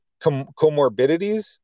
comorbidities